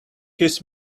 his